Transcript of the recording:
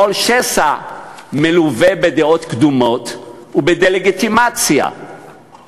כל שסע מלווה בדעות קדומות ובדה-לגיטימציה של